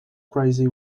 crazy